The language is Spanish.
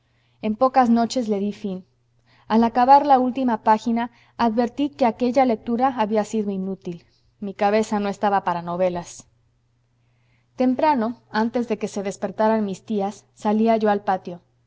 en pocas noches le dí fin al acabar la última página advertí que aquella lectura había sido inútil mi cabeza no estaba para novelas temprano antes de que se despertaran mis tías salía yo al patio